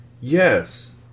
Yes